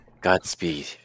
Godspeed